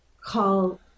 call